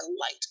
light